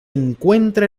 encuentra